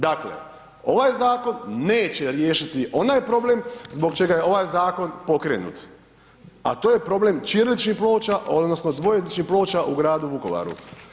Dakle, ovaj zakon neće riješiti onaj problem zbog čega je ovaj zakon pokrenut, a to je problem ćiriličnih ploča, odnosno dvojezičnih ploča u gradu Vukovaru.